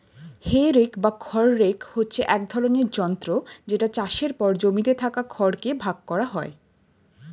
হে rake বা খড় rake হচ্ছে এক ধরণের যন্ত্র যেটা চাষের পর জমিতে থাকা খড় কে ভাগ করা হয়